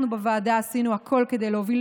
אנחנו בוועדה עשינו הכול כדי להוביל